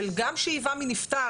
של גם שאיבה מנפטר,